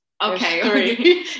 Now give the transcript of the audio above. Okay